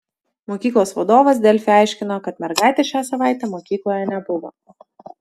mokyklos vadovas delfi aiškino kad mergaitės šią savaitę mokykloje nebuvo